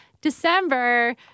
December